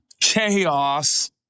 chaos